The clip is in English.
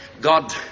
God